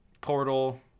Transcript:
Portal